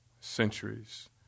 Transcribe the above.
centuries